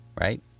right